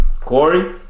Corey